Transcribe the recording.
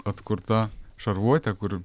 atkurta šarvuote kur